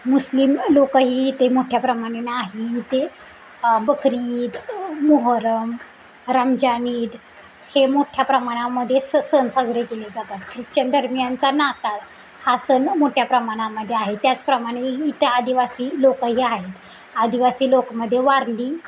मुस्लिम लोकंही इथे मोठ्या प्रमाणानं आहे इथे बकरी ईद मोहरम रमजान ईद हे मोठ्या प्रमाणामध्ये स सण साजरे केले जातात ख्रिश्चन धर्मियांचा नाताळ हा सण मोठ्या प्रमाणामध्ये आहे त्याचप्रमाणे इथे आदिवासी लोकंही आहेत आदिवासी लोकामध्ये वारली